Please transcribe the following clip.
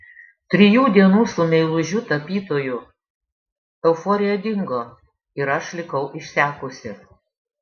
trijų dienų su meilužiu tapytoju euforija dingo ir aš likau išsekusi